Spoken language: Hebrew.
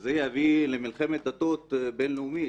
שזה יביא למלחמת דתות בינלאומית,